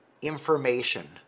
information